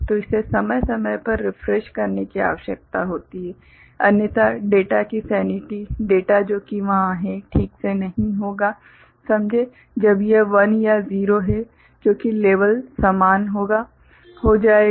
तो इसे समय समय पर रिफ्रेश करने की आवश्यकता होती है अन्यथा डेटा की सेनिटी डेटा जो कि वहाँ है ठीक से नहीं होगा समझे जब यह 1 या 0 है क्योंकि लेवल समान हो जाएगा